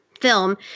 film